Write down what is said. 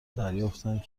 دریافتند